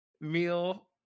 meal